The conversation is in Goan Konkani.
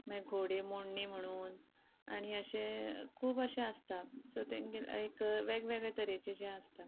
मागीर घोडे मोडणी म्हणून आनी अशे खूब अशे आसता सो तेंगे एक वेगवेगळे तरेचे जे आसता